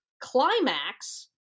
Climax